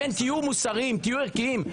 לכן תהיו מוסריים, תהיו ערכיים.